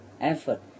effort